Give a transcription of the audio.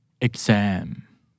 Exam